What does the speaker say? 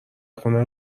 خونه